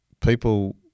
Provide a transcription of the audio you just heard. people